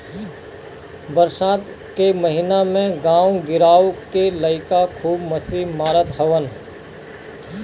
बरसात के महिना में गांव गिरांव के लईका खूब मछरी मारत हवन